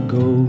go